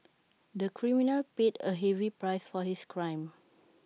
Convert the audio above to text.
the criminal paid A heavy price for his crime